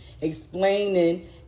explaining